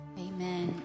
Amen